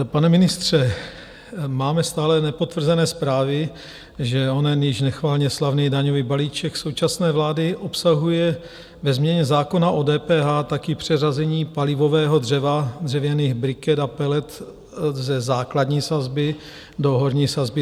Pane ministře, máme stále nepotvrzené zprávy, že onen již nechvalně slavný daňový balíček současné vlády obsahuje ve změně zákona o DPH taky přeřazení palivového dřeva, dřevěných briket a pelet ze základní sazby do horní sazby DPH.